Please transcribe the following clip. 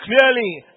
clearly